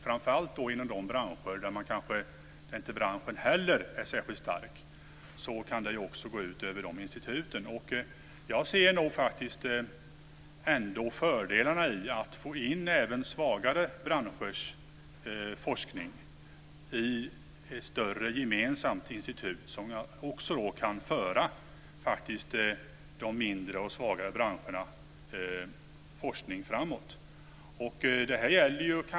Framför allt inom de branscher där kanske inte heller branschen som sådan är särskilt stark kan det också gå ut över instituten. Men jag ser nog trots allt fördelarna med att få in även svagare branschers forskning i ett större gemensamt institut som kan föra de mindre och svagare branschernas forskning framåt.